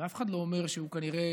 ואף אחד לא אומר שהוא כנראה